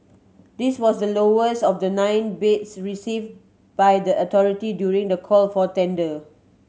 this was the lowest of the nine bids received by the authority during the call for tender